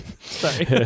sorry